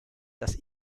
das